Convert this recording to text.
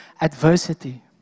adversity